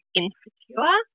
insecure